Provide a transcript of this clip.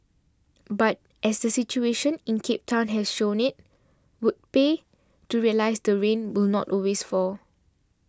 but as the situation in Cape Town has shown it would pay to realise that rain will not always fall